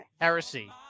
Heresy